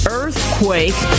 earthquake